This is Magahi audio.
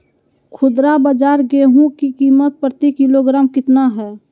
खुदरा बाजार गेंहू की कीमत प्रति किलोग्राम कितना है?